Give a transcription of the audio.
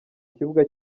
kibuga